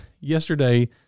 yesterday